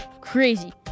crazy